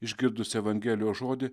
išgirdus evangelijos žodį